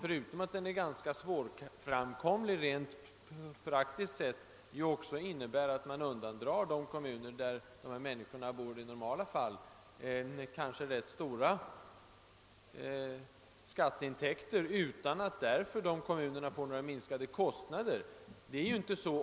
Förutom att den är ganska svårframkomlig rent praktiskt sett innebär den också att man undandrar de kommuner, där dessa människor bor i normala fall, kanske ganska stora skattetintäkter, utan att de kommunerna får några minskade kostnader.